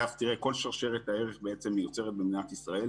כל שרשרת הערך מיוצרת במדינת ישראל,